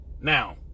Now